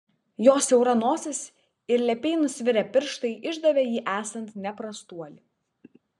jo siaura nosis ir lepiai nusvirę pirštai išdavė jį esant ne prastuoli